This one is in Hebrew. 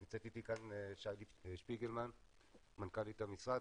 נמצאת איתי כאן שי-לי שפיגלמן מנכ"לית המשרד,